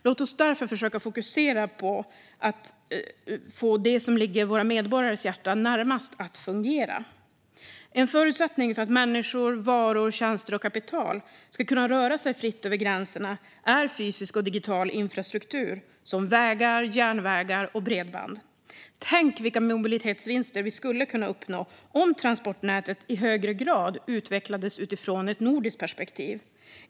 Låt oss därför försöka fokusera på att få det som ligger våra medborgares hjärtan närmast att fungera. En förutsättning för att människor, varor, tjänster och kapital ska kunna röra sig fritt över gränserna är fysisk och digital infrastruktur, som vägar, järnvägar och bredband. Tänk vilka mobilitetsvinster vi skulle kunna uppnå om transportnätet i högre grad utvecklades utifrån ett nordiskt perspektiv!